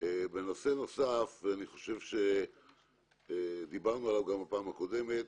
נושא נוסף, דיברנו עליו גם בישיבה הקודמת,